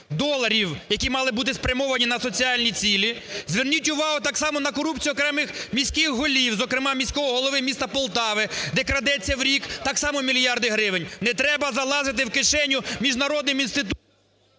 які мали бути спрямовані на соціальні цілі. Зверніть увагу так само на корупцію окремих міських голів, зокрема міського голови міста Полтави, де крадуться в рік так само мільярди гривень. Не треба залазити в кишеню міжнародним інституціям…